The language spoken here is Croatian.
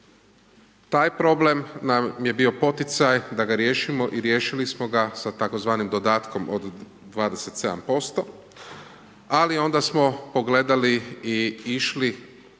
Taj problem nam je bio poticaj da ga riješimo i riješili smo ga sa tzv. dodatkom od 27%, ali onda smo pogledali i išli